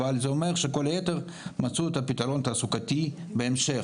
אבל זה אומר שכל היתר מצאו את הפתרון התעסוקתי בהמשך,